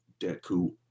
Deku